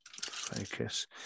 Focus